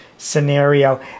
scenario